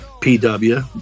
PW